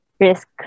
risk